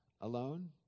alone